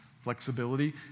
flexibility